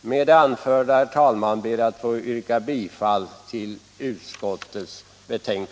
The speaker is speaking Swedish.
Med det anförda, herr talman, ber jag att få yrka bifall till utskottets hemställan.